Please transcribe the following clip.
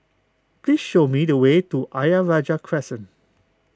please show me the way to Ayer Rajah Crescent